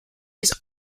his